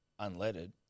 unleaded